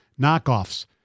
knockoffs